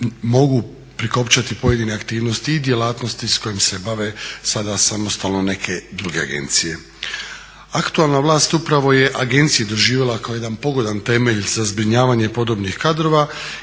mogu prikopčati pojedine aktivnosti i djelatnosti s kojim se bave sada samostalno neke druge agencije. Aktualna vlast upravo je agencije doživjela kao jedan pogodan temelj za zbrinjavanje podobnih kadrova